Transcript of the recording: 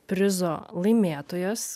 prizo laimėtojas